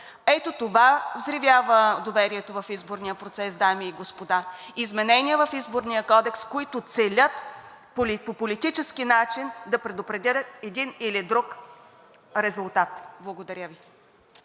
Ето това взривява доверието в изборния процес, дами и господа. Изменения в Изборния кодекс, които целят по политически начин да предопределят един или друг резултат. Благодаря Ви.